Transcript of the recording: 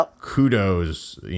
kudos